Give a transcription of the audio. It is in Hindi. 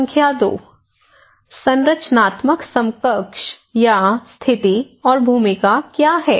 संख्या 2 संरचनात्मक समकक्ष या स्थिति और भूमिका क्या है